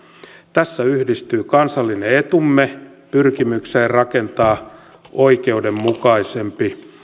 tässä yhdistyy kansallinen etumme pyrkimykseen rakentaa oikeudenmukaisempi